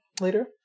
later